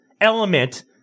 element